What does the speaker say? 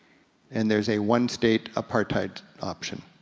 and there's a one-state apartheid option.